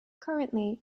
currently